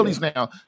now